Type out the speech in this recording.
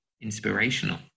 inspirational